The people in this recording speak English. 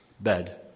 bed